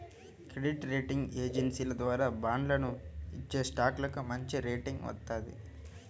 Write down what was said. credit rating ఏజెన్సీల ద్వారా బాండ్లను ఇచ్చేస్టాక్లకు మంచిరేటింగ్ వత్తది